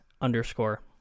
underscore